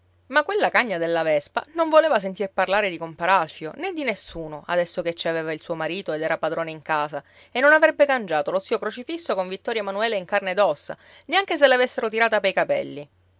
ma quella cagna della vespa non voleva sentir parlare di compar alfio né di nessuno adesso che ci aveva il suo marito ed era padrona in casa e non avrebbe cangiato lo zio crocifisso con vittorio emanuele in carne ed ossa neanche se l'avessero tirata pei capelli